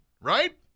Right